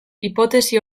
hipotesi